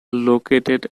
located